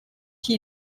qui